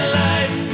life